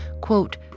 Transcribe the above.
quote